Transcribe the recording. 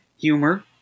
humor